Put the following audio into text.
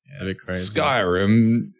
Skyrim